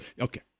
Okay